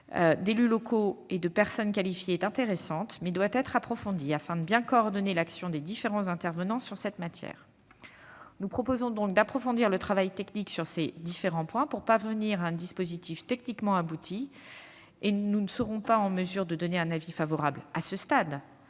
d'élus locaux et de personnes qualifiées, est intéressante. Mais elle doit être approfondie, afin de bien coordonner l'action des différents intervenants sur cette matière. Nous proposons donc de pousser plus loin le travail technique sur ces différents points pour parvenir à un dispositif techniquement abouti, et nous ne serons pas en mesure de donner un avis favorable, à ce stade,